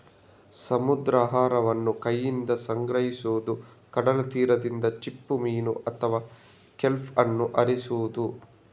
ಸಮುದ್ರಾಹಾರವನ್ನು ಕೈಯಿಂದ ಸಂಗ್ರಹಿಸುವುದು, ಕಡಲ ತೀರದಿಂದ ಚಿಪ್ಪುಮೀನು ಅಥವಾ ಕೆಲ್ಪ್ ಅನ್ನು ಆರಿಸುವುದು